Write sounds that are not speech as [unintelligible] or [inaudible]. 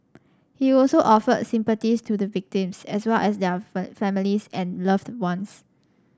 he also offered sympathies to the victims as well as their [unintelligible] families and loved ones